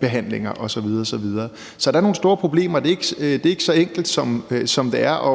genbehandlinger osv. osv. Så der er nogle store problemer. Det er ikke så enkelt, som det ser